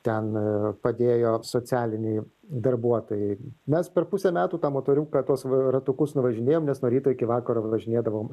ten padėjo socialiniai darbuotojai mes per pusę metų tą motoriuką tuos ratukus nuvažinėjom nes nuo ryto iki vakaro važinėdavom